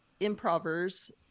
improvers